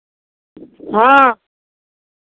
हँ